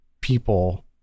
people